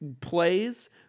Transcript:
plays